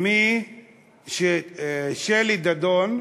ששלי דדון,